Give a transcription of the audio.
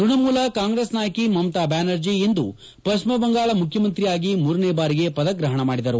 ತ್ಯಣಮೂಲ ಕಾಂಗ್ರೆಸ್ ನಾಯಕಿ ಮಮತಾ ಬ್ಯಾನರ್ಜಿ ಇಂದು ಪಶ್ಚಿಮ ಬಂಗಾಳ ಮುಖ್ಚಮಂತ್ರಿಯಾಗಿ ಮೂರನೇ ಬಾರಿಗೆ ಪದಗ್ರಹಣ ಮಾಡಿದರು